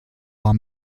war